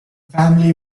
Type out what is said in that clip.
family